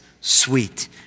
sweet